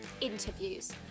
interviews